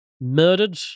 murdered